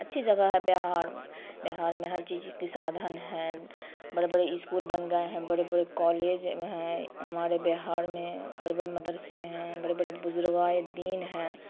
اچھی جگہ ہے بہار بہار میں ہر چیز کی سادھن ہے بڑے بڑے اسکول بن گئے ہیں بڑے بڑے کالج ہیں ہمارے بہار میں بڑے بڑے مدرسے ہیں بڑے بڑے بزرگائے دین ہیں